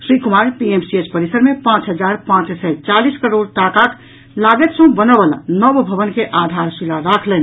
Shri Kumar PMCH परिसर मे पांच हजार पांच सय चालीस करोड़ टाकाक लागति सँ बनऽ बला नव भवन के आधारशिला राखलनि